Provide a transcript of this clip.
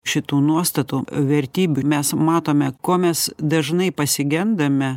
šitų nuostatų vertybių mes matome ko mes dažnai pasigendame